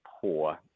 poor